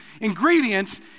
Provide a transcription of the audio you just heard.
ingredients